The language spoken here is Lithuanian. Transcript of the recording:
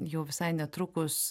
jau visai netrukus